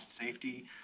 safety